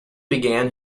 began